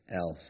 else